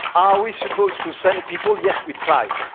are we supposed to send people? yes, we tried,